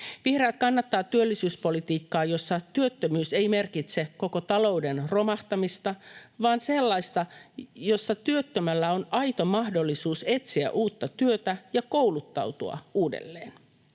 Vihreät kannattavat työllisyyspolitiikkaa, jossa työttömyys ei merkitse koko talouden romahtamista vaan sitä, että työttömällä on aito mahdollisuus etsiä uutta työtä ja kouluttautua uudelleen.